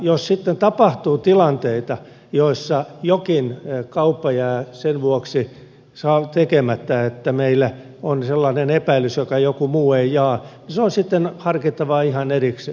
jos sitten tapahtuu tilanteita joissa jokin kauppa jää sen vuoksi tekemättä että meillä on sellainen epäilys jota joku muu ei jaa niin se on sitten harkittava ihan erikseen